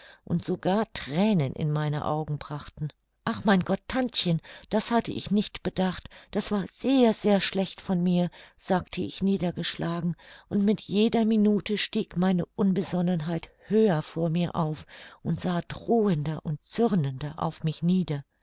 und sogar thränen in meine augen brachten ach mein gott tantchen das hatte ich nicht bedacht das war sehr sehr schlecht von mir sagte ich niedergeschlagen und mit jeder minute stieg meine unbesonnenheit höher vor mir auf und sah drohender und zürnender auf mich nieder